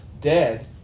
dead